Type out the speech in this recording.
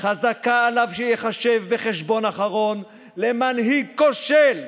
חזקה עליו שייחשב בחשבון אחרון למנהיג כושל,